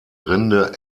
rinde